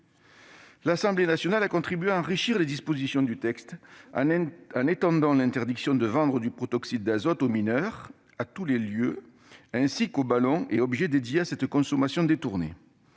L'Assemblée nationale a contribué à enrichir les dispositions du texte en étendant l'interdiction de vendre du protoxyde d'azote aux mineurs à tous les lieux. Elle a aussi visé les ballons et les objets dédiés à cette consommation détournée.